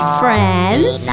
friends